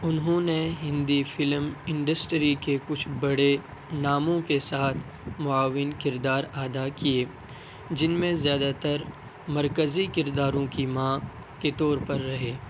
انہوں نے Hindi film industry کے کچھ بڑے ناموں کے ساتھ معاون کردار ادا کیے جن میں زیادہ تر مرکزی کرداروں کی ماں کے طور پر رہے